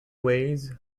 ways